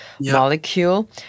molecule